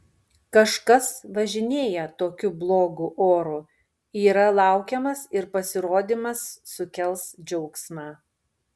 kažkas važinėja tokiu blogu oru yra laukiamas ir pasirodymas sukels džiaugsmą